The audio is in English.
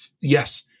yes